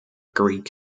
greek